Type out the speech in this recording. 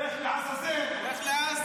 לך לעזה וזהו.